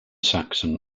saxon